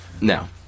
No